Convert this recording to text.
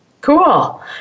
Cool